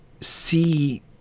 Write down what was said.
see